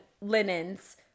linens